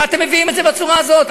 מה אתם מביאים את זה בצורה הזאת?